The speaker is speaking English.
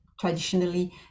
traditionally